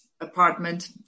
apartment